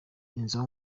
inzo